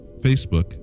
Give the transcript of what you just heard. Facebook